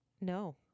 No